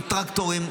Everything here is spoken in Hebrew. עם טרקטורים,